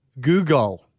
Google